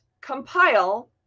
compile